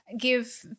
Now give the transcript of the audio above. give